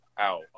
out